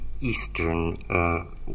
Eastern